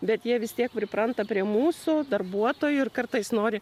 bet jie vis tiek pripranta prie mūsų darbuotojų ir kartais nori